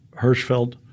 Hirschfeld